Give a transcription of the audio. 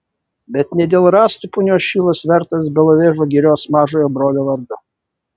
bet ne dėl rąstų punios šilas vertas belovežo girios mažojo brolio vardo